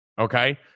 okay